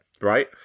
right